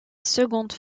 seconde